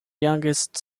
youngest